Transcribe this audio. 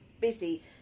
busy